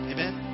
Amen